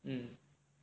mm